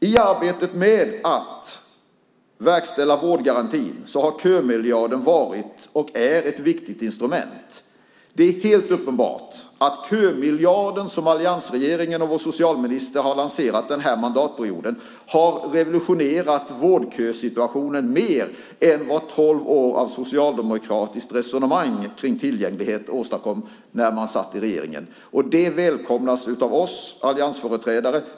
I arbetet med att verkställa vårdgarantin var och är kömiljarden ett viktigt instrument. Det är helt uppenbart att kömiljarden, som alliansregeringen och vår socialminister har lanserat under den här mandatperioden, har revolutionerat vårdkösituationen mer än vad Socialdemokraterna, när de i tolv år satt i regeringen, åstadkom med sitt resonemang kring tillgänglighet. Det här välkomnas av oss alliansföreträdare.